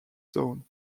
zone